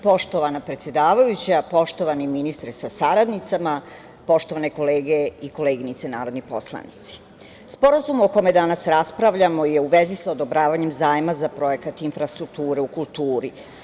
Poštovana predsedavajuća, poštovani ministre sa saradnicama, poštovane kolege i koleginice narodni poslanici, sporazum o kome danas raspravljamo je u vezi sa odobravanjem zajma za projekat infrastrukture u kulturi.